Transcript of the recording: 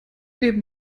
neben